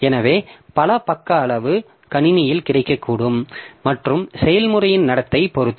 எனவே பல பக்க அளவு கணினியில் கிடைக்கக்கூடும் மற்றும் செயல்முறையின் நடத்தை பொறுத்து